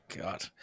God